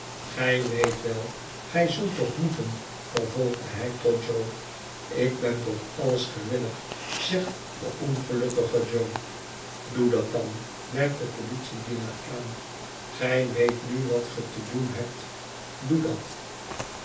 gij weet wel gij zult toch moeten vervolgt hij tot jo ik ben tot alles gewillig zegt de ongelukkige jo doe dat dan merkt de politiedienaar aan gij weet nu wat ge te doen hebt doe dat